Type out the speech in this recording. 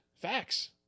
Facts